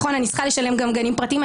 אני צריכה לשלם גם לגנים פרטיים.